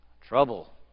Trouble